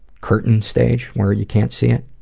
curtain stage, where you can't see it.